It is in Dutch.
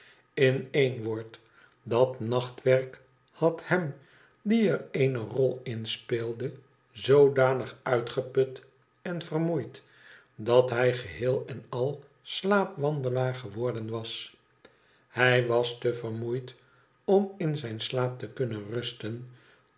in één woord dat nachtwerk had hem die er eene rol in speelde zoodanig uitgeput en vermoeid dat hij geheel en al slaapwandelaar geworden was hij was te vermoeid om in zijn slaap te kunnen rusten